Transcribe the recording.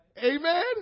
Amen